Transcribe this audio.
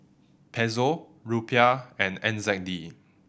Peso Rupiah and N Z D